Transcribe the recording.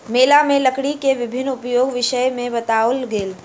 मेला में लकड़ी के विभिन्न उपयोगक विषय में बताओल गेल